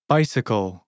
Bicycle